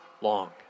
long